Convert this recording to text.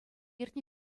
иртнӗ